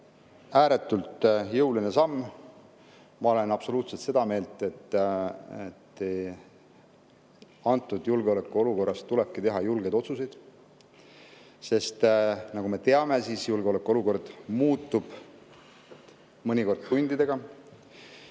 ääretult jõuline samm. Ma olen absoluutselt seda meelt, et praeguses julgeolekuolukorras tulebki teha julgeid otsuseid, sest nagu me teame, muutub julgeolekuolukord mõnikord tundidega. Aga